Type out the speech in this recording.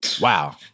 Wow